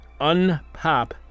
unpop